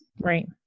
Right